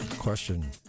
question